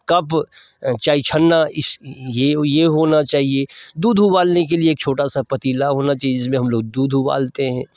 cup चायछन्ना इस यह यह होना चाहिए दूध उबालने के लिए एक छोटा सा पतीला होना चाहिए जिसमें हम लोग दूध उबालते हैं